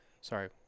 sorry